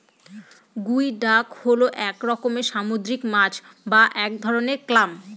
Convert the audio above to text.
গুই ডাক হল এক রকমের সামুদ্রিক মাছ বা এক ধরনের ক্ল্যাম